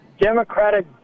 Democratic